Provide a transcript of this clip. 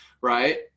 right